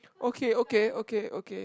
okay okay okay okay